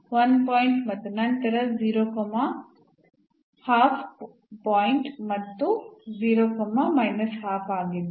ಆದ್ದರಿಂದ 1 ಪಾಯಿಂಟ್ ಮತ್ತು ನಂತರ ಪಾಯಿಂಟ್ ಮತ್ತು ಆಗಿತ್ತು